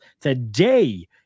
Today